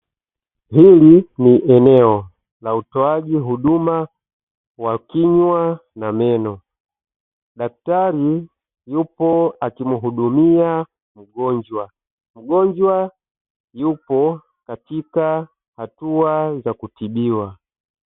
Hili ni eneo la utoaji huduma wa kinywa na meno, daktari yupo akimuhudumia mgonjwa, mgonjwa yupo katika hatua za kutibiwa.